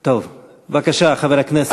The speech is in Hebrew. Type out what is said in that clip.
טוב, בבקשה, חבר הכנסת.